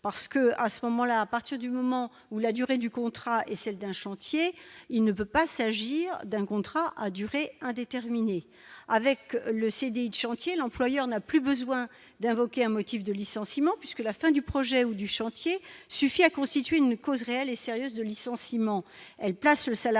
parce que, à ce moment-là, à partir du moment où la durée du contrat et celle d'un chantier, il ne peut pas s'agir d'un contrat à durée indéterminée avec le CD du chantier, l'employeur n'a plus besoin d'invoquer un motif de licenciement puisque la fin du projet ou du chantier suffit à constituer une cause réelle et sérieuse de licenciement,